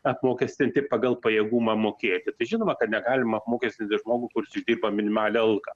apmokestinti pagal pajėgumą mokėti tai žinoma kad negalima apmokestinti žmogų kuris uždirba minimalią algą